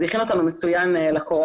זה הכין אותנו מצוין לקורונה